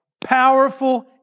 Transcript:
powerful